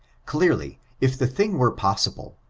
clearly, if the thing were possible,